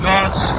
God's